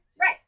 right